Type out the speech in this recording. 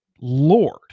Lord